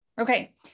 Okay